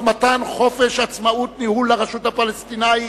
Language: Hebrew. מתן חופש עצמאות ניהול לרשות הפלסטינית,